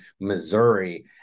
Missouri